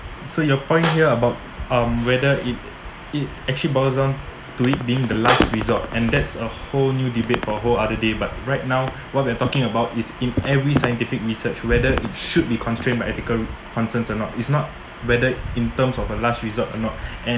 so your point here about um whether it it actually balls down to it being the last resort and that's a whole new debate for whole other day but right now what they're talking about is in every scientific research whether it should be constrained by ethical concerns or not is not whether in terms of a last resort or not and